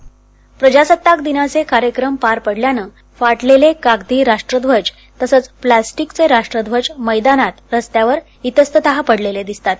voice cast प्रजासत्ताकदिनाचे कार्यक्रम पार पडल्यान फाटलेले कागदी राष्ट्रध्वज तसंच प्लस्टिक चे राष्ट्रध्वज मैदानात रस्त्यावर इतस्तत पडलेले दिसतात